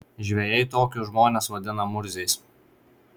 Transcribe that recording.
žvejai tokius žmones vadina murziais